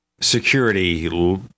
security